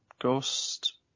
ghost